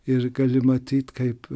ir gali matyt kaip